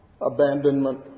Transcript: abandonment